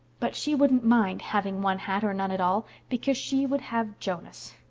but she wouldn't mind having one hat or none at all, because she would have jonas.